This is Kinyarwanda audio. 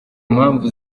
mpamvu